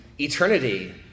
eternity